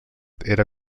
era